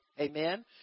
Amen